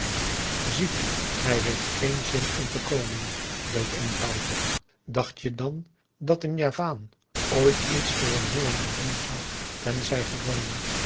ziek hij heeft geen zin om te komen doodeenvoudig dacht je dan dat een javaan ooit iets voor een hollander doen zou tenzij gedwongen